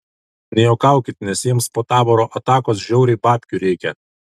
nejuokaukit nes jiems po taboro atakos žiauriai babkių reikia